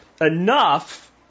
enough